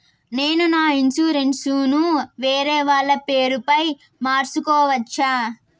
నేను నా ఇన్సూరెన్సు ను వేరేవాళ్ల పేరుపై మార్సుకోవచ్చా?